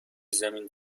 زمین